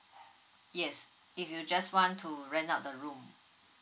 yes if you just want to rent out the room